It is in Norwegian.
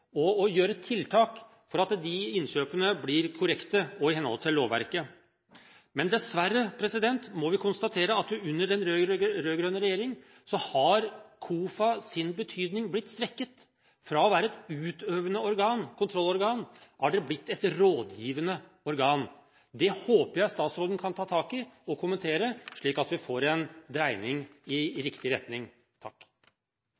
og å gjøre tiltak for at de innkjøpene blir korrekte og i henhold til lovverket. Men dessverre må vi konstatere at under den rød-grønne regjeringen har KOFAs betydning blitt svekket. Fra å være et utøvende kontrollorgan, har det blitt et rådgivende organ. Det håper jeg statsråden kan ta tak i og kommentere, slik at vi får en dreining i